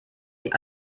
die